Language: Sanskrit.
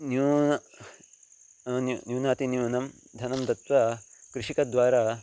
न्यूनं न्यूनं न्यूनातिन्यूनं धनं दत्वा कृषिकद्वारा